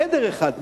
חדר אחד,